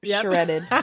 shredded